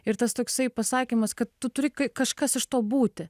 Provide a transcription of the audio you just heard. ir tas toksai pasakymas kad tu turi k kažkas iš to būti